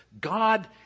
God